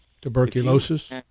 tuberculosis